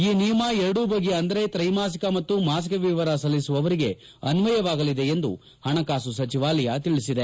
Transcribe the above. ಈ ನಿಯಮ ಎರಡೂ ಬಗೆಯ ಅಂದರೆ ತ್ರೈಮಾಸಿಕ ಮತ್ತು ಮಾಸಿಕ ವಿವರ ಸಲ್ಲಿಸುವವರಿಗೆ ಅನ್ವಯವಾಗಲಿದೆ ಎಂದು ಹಣಕಾಸು ಸಚಿವಾಲಯ ತಿಳಿಸಿದೆ